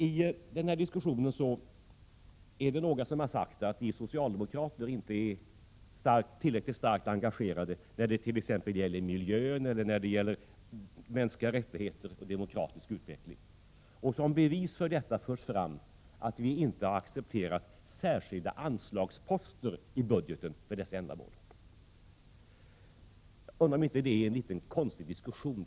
I denna diskussion är det några som har sagt att vi socialdemokrater inte är tillräckligt starkt engagerade när det t.ex. gäller miljön eller när det gäller mänskliga rättigheter och demokratisk utveckling. Som bevis för detta förs fram att vi inte har accepterat särskilda anslagsposter i budgeten för dessa ändamål. Jag undrar om inte det är en ganska konstig diskussion.